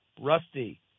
Rusty